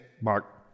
mark